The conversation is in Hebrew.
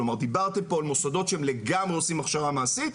כלומר דיברתם פה על מוסדות שהם לגמרי עושים הכשרה מעשית,